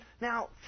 Now